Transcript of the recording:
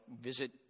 visit